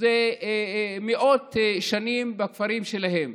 זה מאות שנים בכפרים שלהם.